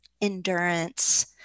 endurance